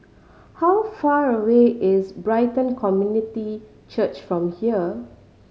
how far away is Brighton Community Church from here